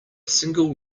single